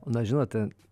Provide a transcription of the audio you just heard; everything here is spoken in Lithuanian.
na žinot